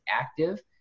active